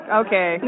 okay